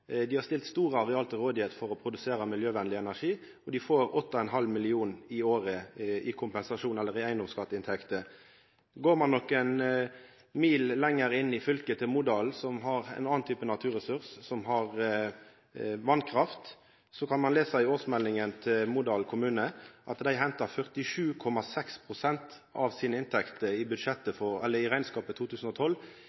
Dei har stilt store areal til rådvelde for at ein skal produsera miljøvennleg energi, og dei får 8,5 mill. kr i året i kompensasjon eller i eigedomsskattinntekter. Går ein nokre mil lenger inn i fylket til Modalen som har ein annan type naturressurs, nemleg vasskraft, kan ein lesa i årsmeldinga til Modalen kommune at dei hentar 47,6 pst. av inntektene sine i